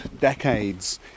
decades